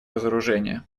разоружения